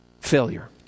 failure